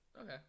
Okay